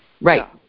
Right